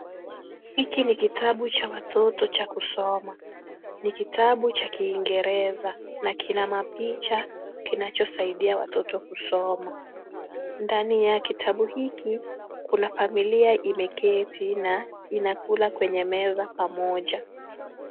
Hiki ni kitabu cha watoto cha kusoma. Ni kitabu cha kingereza na kina mapicha yanayosaidia watoto kusoma. Ndani ya kitabu hiki, kuna familia ambayo imeketi inakula kwenye meza pamoja.